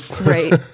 right